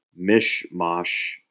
mishmash